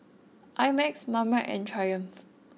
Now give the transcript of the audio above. I Max Marmite and Triumph